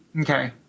Okay